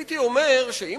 הייתי אומר שאם